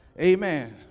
Amen